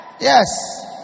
Yes